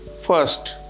first